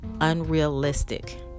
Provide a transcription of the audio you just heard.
unrealistic